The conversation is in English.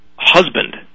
husband